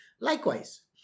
Likewise